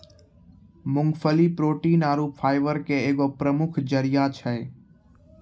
मूंगफली प्रोटीन आरु फाइबर के एगो प्रमुख जरिया छै